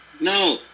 No